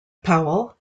powell